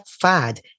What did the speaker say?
fad